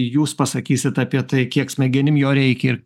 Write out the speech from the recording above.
jūs pasakysit apie tai kiek smegenim jo reikia ir